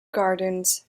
gardens